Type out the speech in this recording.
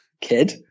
Kid